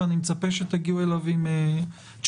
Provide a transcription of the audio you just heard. ואני מצפה שתגיעו אליו עם תשובות,